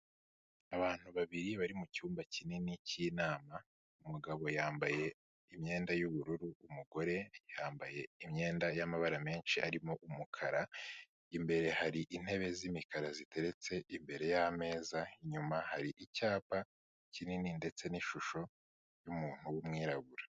Abantu babiri bari mu cyumba kinini cy'inama, umugabo yambaye imyenda y'ubururu umugore yambaye imyenda y'amabara menshi arimo umukara, imbere hari intebe z'imikara ziteretse imbere y'ameza, inyuma hari icyapa kinini ndetse n'ishusho y'umuntu w'umwirabura.